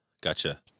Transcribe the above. Gotcha